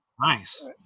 Nice